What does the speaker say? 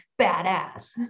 badass